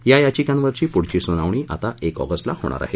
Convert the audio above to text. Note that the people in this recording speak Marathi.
या याचिकांवरची पुढची सुनावणी आता एक ऑगस्टला होईल